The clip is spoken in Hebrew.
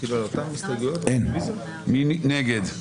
מי נגד?